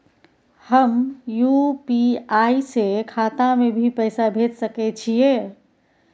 हम यु.पी.आई से खाता में भी पैसा भेज सके छियै?